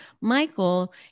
Michael